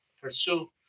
pursue